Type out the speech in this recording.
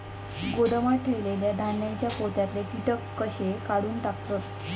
गोदामात ठेयलेल्या धान्यांच्या पोत्यातले कीटक कशे काढून टाकतत?